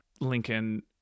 Lincoln